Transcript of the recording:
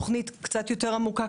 תוכנית קצת יותר עמוקה,